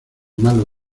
malo